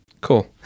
Cool